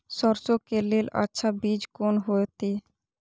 सरसों के लेल अच्छा बीज कोन होते?